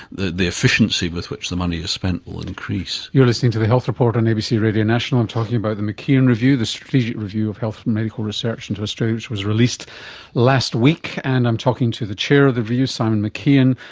the the efficiency with which the money is spent will increase. you're listening to the health report on abc radio national, i'm talking about the mckeon review, the strategic review of health and medical research and in australia which was released last week, and i'm talking to the chair of the review, simon mckeon,